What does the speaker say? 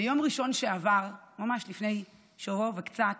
ביום ראשון שעבר, ממש לפני שבוע וקצת,